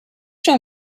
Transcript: show